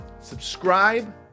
subscribe